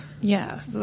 Yes